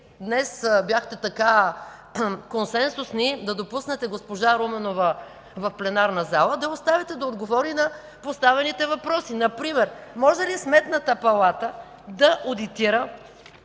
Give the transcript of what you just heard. днес бяхте така консенсусни, да допуснете госпожа Руменова в пленарната зала, да я оставите да отговори на поставените въпроси. Например: може ли Сметната палата да одитира